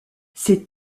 ces